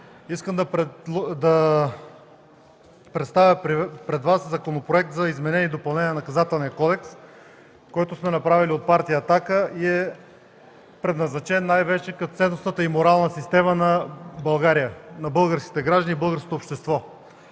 искам да представя пред Вас Законопроекта за изменение и допълнение на Наказателния кодекс, който сме направили от партия „Атака” и е предназначен най-вече за ценностната и моралната система на България – на българските граждани и българското общество.